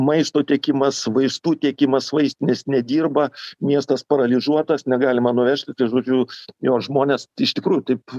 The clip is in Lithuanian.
maisto tiekimas vaistų tiekimas vaistinės nedirba miestas paralyžiuotas negalima nuvežti tai žodžiu jo žmonės iš tikrųjų taip